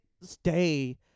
stay-